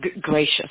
gracious